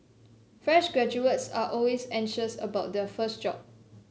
fresh graduates are always anxious about their first job